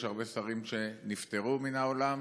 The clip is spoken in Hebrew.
יש הרבה שרים שנפטרו מן העולם,